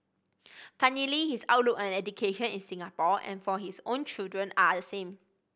funnily his outlook on education in Singapore and for his own children are the same